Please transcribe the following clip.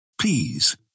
Please